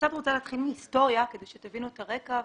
קצת רוצה להתחיל מהיסטוריה כדי שתבינו את הרקע,